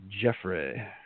Jeffrey